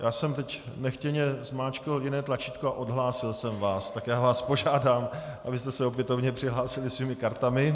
Já jsem teď nechtěně zmáčkl jiné tlačítko a odhlásil jsem vás, tak vás požádám, abyste se opětovně přihlásili svými kartami.